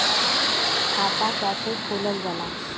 खाता कैसे खोलल जाला?